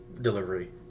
delivery